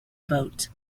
vote